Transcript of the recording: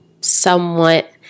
somewhat